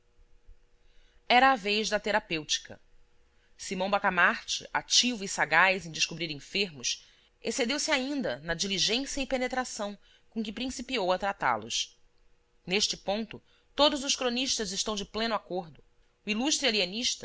era a vez da terapêutica simão bacamarte ativo e sagaz em descobrir enfermos excedeuse ainda na diligência e penetração com que principiou a tratá los neste ponto todos os cronistas estão de pleno acordo o ilustre